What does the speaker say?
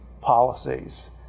policies